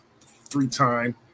three-time